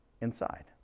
inside